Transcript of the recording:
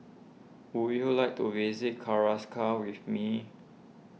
would you like to visit Caracas with me